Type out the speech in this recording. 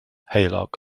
heulog